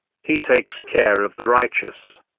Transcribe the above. he takes care of the righteous.